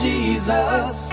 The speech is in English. Jesus